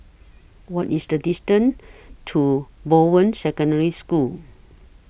What IS The distance to Bowen Secondary School